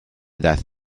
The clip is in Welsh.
ddaeth